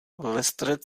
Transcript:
lestred